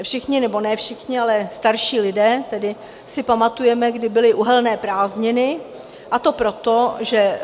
Všichni, nebo ne všichni, ale starší lidé si pamatujeme, kdy byly uhelné prázdniny, a to proto, že...